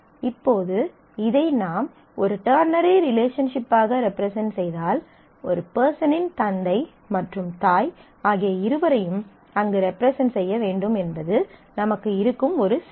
இப்போது இதை நாம் ஒரு டெர்னரி ரிலேஷன்ஷிப் ஆக ரெப்ரசன்ட் செய்தால் ஒரு பெர்சனின் தந்தை மற்றும் தாய் ஆகிய இருவரையும் அங்கு ரெப்ரசன்ட் செய்ய வேண்டும் என்பது நமக்கு இருக்கும் ஒரு சிரமம்